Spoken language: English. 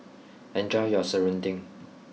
enjoy your Serunding